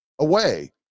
away